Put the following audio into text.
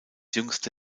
jüngste